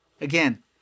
Again